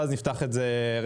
ואז נפתח את זה לשאלות,